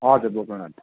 हजुर